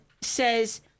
says